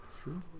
True